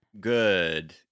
Good